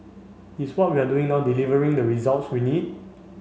is what we are doing now delivering the results we need